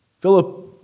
Philip